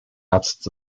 absence